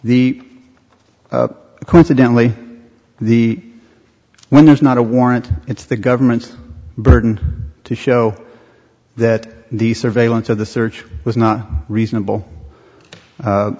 the coincidentally the when there's not a warrant it's the government's burden to show that the surveillance of the search was not reasonable